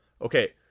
Okay